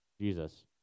Jesus